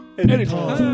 anytime